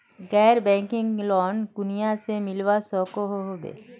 गैर banking loan कुनियाँ से मिलवा सकोहो होबे?